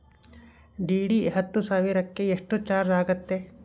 DD ಹತ್ತು ಸಾವಿರಕ್ಕೆ ಎಷ್ಟು ಚಾಜ್೯ ಆಗತ್ತೆ?